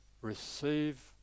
receive